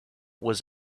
was